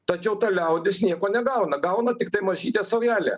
tačiau ta liaudis nieko negauna gauna tiktai mažytė saujelė